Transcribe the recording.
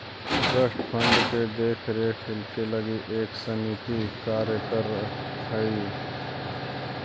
trust fund के देख रेख के लगी एक समिति कार्य कर हई